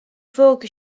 fogg